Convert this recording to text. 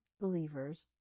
believers